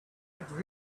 would